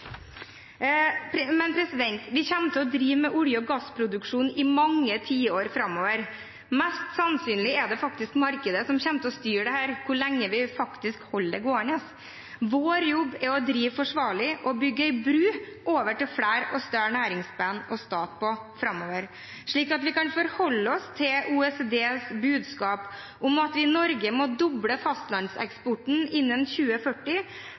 vinn–vinn. Men vi kommer til å drive med olje- og gassproduksjon i mange tiår framover. Mest sannsynlig er det markedet som kommer til å styre hvor lenge vi faktisk holder det gående. Vår jobb er å drive forsvarlig og bygge bro for å få flere og «større næringsbein» å stå på framover, slik at vi kan forholde oss til OECDs budskap om at vi i Norge må doble fastlandseksporten innen 2040